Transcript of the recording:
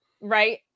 right